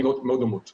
אנחנו